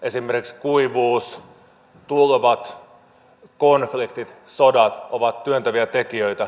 esimerkiksi kuivuus tulvat konfliktit sodat ovat työntäviä tekijöitä